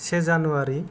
से जानुवारि